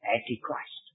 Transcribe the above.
Antichrist